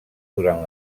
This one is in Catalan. durant